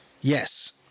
Yes